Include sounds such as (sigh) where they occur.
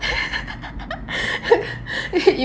(laughs)